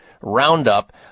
Roundup